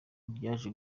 ryaje